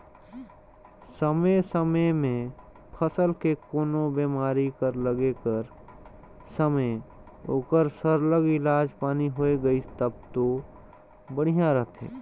समे समे में फसल के कोनो बेमारी कर लगे कर समे ओकर सरलग इलाज पानी होए गइस तब दो बड़िहा रहथे